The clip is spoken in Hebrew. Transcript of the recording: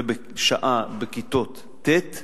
שעה בכיתות ט',